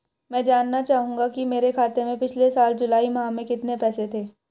मैं जानना चाहूंगा कि मेरे खाते में पिछले साल जुलाई माह में कितने पैसे थे?